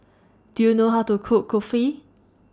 Do YOU know How to Cook Kulfi